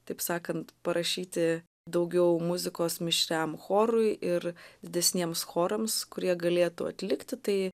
taip sakant parašyti daugiau muzikos mišriam chorui ir didesniems chorams kurie galėtų atlikti tai